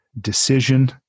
decision